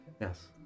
Yes